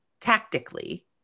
tactically